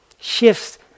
shifts